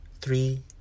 three